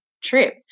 trip